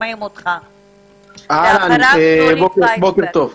בוקר טוב,